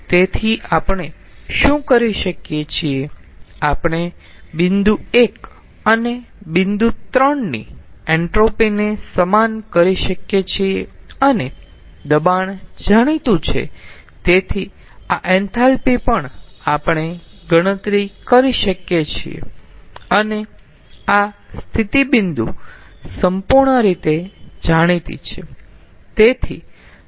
તેથી આપણે શું કરી શકીએ છીએ આપણે બિંદુ 1 અને બિંદુ 3 ની એન્ટ્રોપી ને સમાન કરી શકીએ છીએ અને દબાણ જાણીતું છે તેથી આ એન્થાલ્પી પણ આપણે ગણતરી કરી શકીએ છીએ અને આ સ્થિતિ બિંદુ સંપૂર્ણ રીતે જાણીતી છે